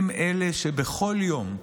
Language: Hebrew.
הם אלה שבכל יום,